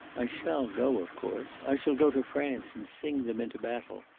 i shall go, of course. i shall go to france and sing them into battle.